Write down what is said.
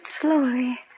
slowly